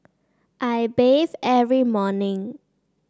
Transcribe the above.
I bathe every morning